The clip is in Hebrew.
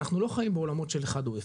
אנחנו לא חיים בעולמות של אחד או אפס,